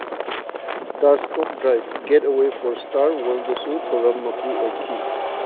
the stop drive get away for Easter ꯋꯔꯜꯗꯁꯨ ꯊꯧꯔꯝ ꯃꯄꯨ ꯑꯣꯏꯈꯤ